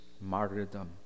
martyrdom